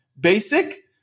Basic